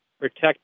protect